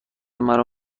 مرا